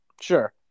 Sure